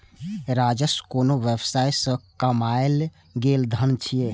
राजस्व कोनो व्यवसाय सं कमायल गेल धन छियै